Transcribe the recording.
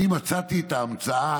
אני מצאתי את ההמצאה